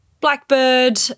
Blackbird